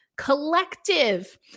Collective